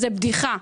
זאת בדיחה.